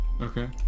Okay